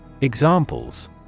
Examples